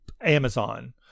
Amazon